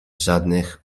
żadnych